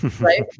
right